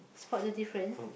spot the different